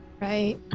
Right